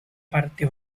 parte